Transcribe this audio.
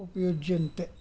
उपयुज्यन्ते